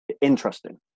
interesting